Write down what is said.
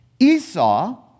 esau